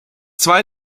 zwei